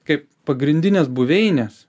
kaip pagrindinės buveinės